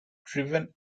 driven